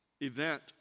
event